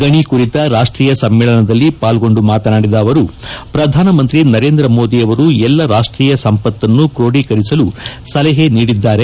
ಗಣಿ ಕುರಿತ ರಾಷ್ಷೀಯ ಸಮ್ನೇಳನದಲ್ಲಿ ಪಾಲ್ಗೊಂಡು ಮಾತನಾಡಿದ ಅವರು ಪ್ರಧಾನಮಂತ್ರಿ ನರೇಂದ್ರ ಮೋದಿ ಅವರು ಎಲ್ಲಾ ರಾಷ್ಷೀಯ ಸಂಪತ್ತನ್ನು ಕ್ರೂಢೀಕರಿಸಲು ಸಲಹೆ ನೀಡಿದ್ದಾರೆ